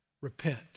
repent